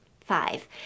Five